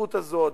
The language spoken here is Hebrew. בזכות הזאת,